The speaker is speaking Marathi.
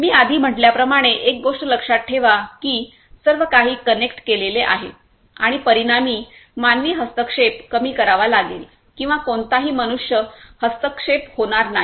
मी आधी म्हटल्याप्रमाणे एक गोष्ट लक्षात ठेवा की सर्व काही कनेक्ट केलेले आहे आणि परिणामी मानवी हस्तक्षेप कमी करावा लागेल किंवा कोणताही मनुष्य हस्तक्षेप होणार नाही